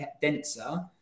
denser